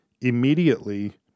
Immediately